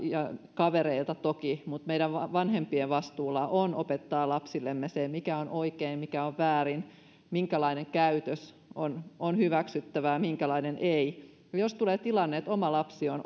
kavereilta toki mutta meidän vanhempien vastuulla on opettaa lapsillemme mikä on oikein mikä on väärin minkälainen käytös on on hyväksyttävää minkälainen ei jos tulee tilanne että oma lapsi on